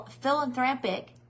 philanthropic